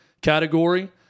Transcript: category